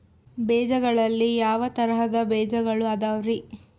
ಬೇಜಗಳಲ್ಲಿ ಯಾವ ತರಹದ ಬೇಜಗಳು ಅದವರಿ?